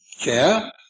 chair